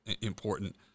important –